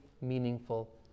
meaningful